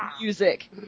music